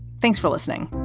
thanks for listening.